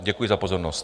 Děkuji za pozornost.